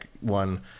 one